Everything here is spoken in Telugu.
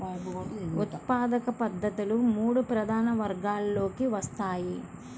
ఉత్పాదక పద్ధతులు మూడు ప్రధాన వర్గాలలోకి వస్తాయి